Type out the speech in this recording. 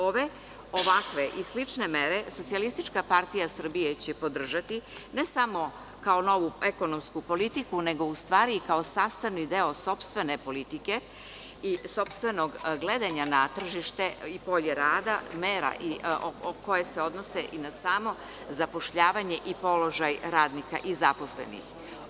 Ove, ovakve i slične mere SPS će podržati ne samo kao novu ekonomsku politiku, nego i kao sastavni deo sopstvene politike i sopstvenog gledanja na tržište, polje rada, mera koje se odnose i na samo zapošljavanje i položaj radnika i zaposlenih.